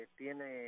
tiene